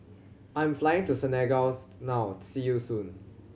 I am flying to Senegal's now see you soon